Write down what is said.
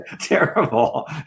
terrible